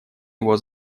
его